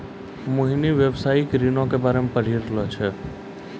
मोहिनी व्यवसायिक ऋणो के बारे मे पढ़ि रहलो छै